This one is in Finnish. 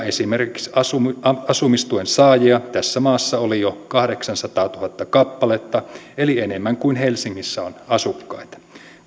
esimerkiksi asumistuen asumistuen saajia tässä maassa oli jo kahdeksansataatuhatta kappaletta eli enemmän kuin helsingissä on asukkaita